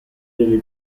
delle